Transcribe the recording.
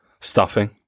Stuffing